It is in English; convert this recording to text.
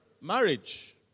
Marriage